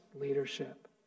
leadership